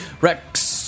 Rex